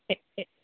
A A